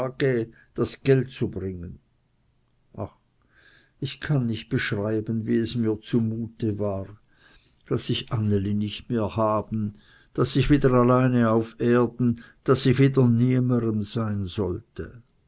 das geld zu bringen ach ich kann nicht beschreiben wie es mir zu mute war daß ich anneli nicht mehr haben daß ich wieder alleine auf erden daß ich wieder niemerem sein sollte